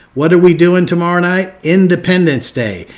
what are we doing tomorrow night? independence day.